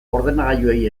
ordenagailuei